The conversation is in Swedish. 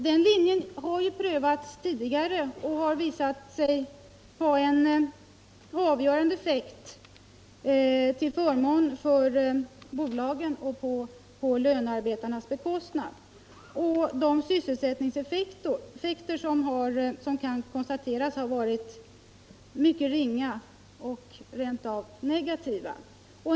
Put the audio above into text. Den linjen har prövats tidigare och har visat sig ha en avgörande effekt till förmån för bolagen på lönearbetarnas bekostnad. De sysselsättningseffekter som kan konstateras har varit ringa eller rent av negativa.